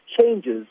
changes